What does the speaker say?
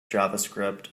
javascript